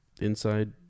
Inside